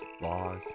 laws